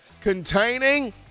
containing